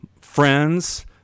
friends